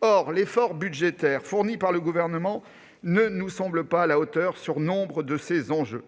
Or l'effort budgétaire fourni par le Gouvernement ne nous semble pas à la hauteur de nombre de ces enjeux.